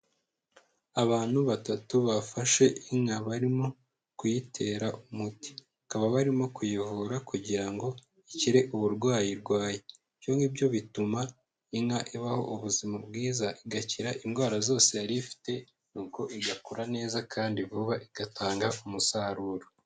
Abantu batatu bafashe inka barimo kuyitera umuti bakaba barimo kuyivura kugira ngo ikire uburwayi irwaye. Ibyongibyo bituma inka ibaho ubuzima bwiza igakira indwara zose yari ifite, nuko igakura neza kandi vuba igatanga umusaruro.